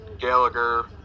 Gallagher